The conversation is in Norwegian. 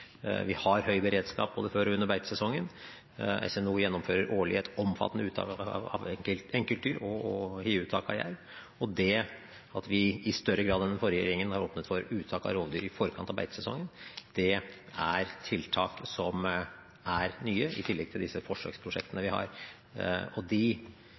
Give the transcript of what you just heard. Vi har høy beredskap både før og under beitesesongen. SNO, Statens naturoppsyn, gjennomfører årlig et omfattende uttak av enkeltdyr og hiuttak av jerv, og det at vi i større grad enn den forrige regjeringen har åpnet for uttak av rovdyr i forkant av beitesesongen, er tiltak som er nye, i tillegg til disse forsøksprosjektene vi har. De